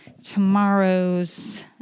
Tomorrow's